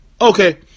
okay